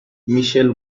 michel